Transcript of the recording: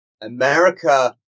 America